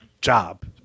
job